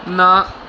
ਨਾ